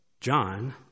John